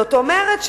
זאת אומרת,